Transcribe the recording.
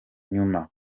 nyuma